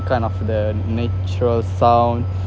kind of the natural sound